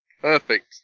Perfect